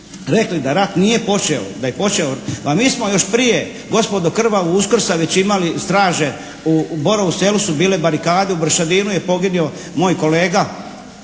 rekli da rat nije počeo, da je počeo, pa mi smo još prije gospodo …/Govornik se ne razumije./… Uskrsa već imali, straže u Borovu selu su bile barikade, u Bršavinu je poginuo moj kolega